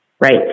right